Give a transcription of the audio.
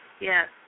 Yes